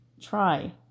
Try